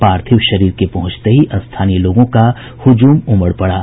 पार्थिव शरीर के पहुंचते ही स्थानीय लोगों का हुजूम उमड़ पड़ा